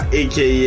aka